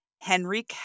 Henry